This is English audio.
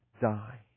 die